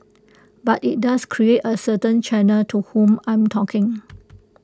but IT does create A certain channel to whom I'm talking